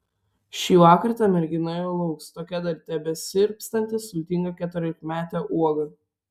šįvakar ta mergina jo lauks tokia dar tebesirpstanti sultinga keturiolikmetė uoga